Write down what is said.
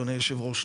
אדוני היושב ראש,